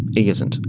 he isn't.